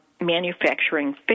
manufacturing